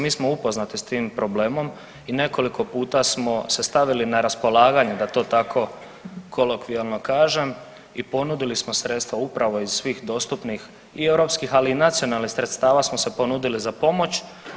Mi smo upoznati s tim problema i nekoliko puta smo se stavili na raspolaganje da to tako kolokvijalno kažem i ponudili smo sredstva upravo iz svih dostupnih europskih, ali i nacionalnih sredstava smo se ponudili za pomoć.